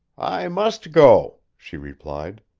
i must go, she replied.